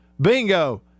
Bingo